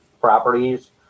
properties